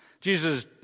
Jesus